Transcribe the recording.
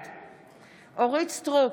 בעד אורית מלכה סטרוק,